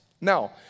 Now